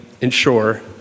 ensure